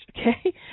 okay